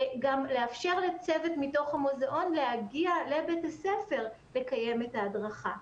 גם לאפשר לצוות מתוך המוזיאון להגיע לבית הספר לקיים את ההדרכה.